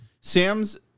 Sam's